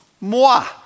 Moi